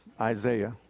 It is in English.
Isaiah